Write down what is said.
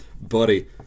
buddy